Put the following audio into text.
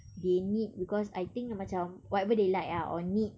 they need because I think like macam whatever they like ah or need